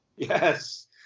Yes